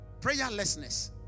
Prayerlessness